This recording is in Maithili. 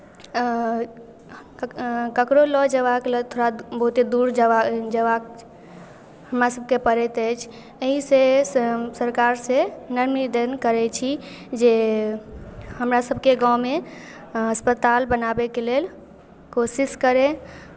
ककरो लऽ जयबाक लेल थोड़े बहुते दूर जयबाक जयबाक हमरासभके पड़ैत अछि एहिसँ हम सरकारसँ नम्र निवेदन करै छी जे हमरासभके गाममे अस्पताल बनाबैके लेल कोशिश करै